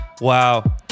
wow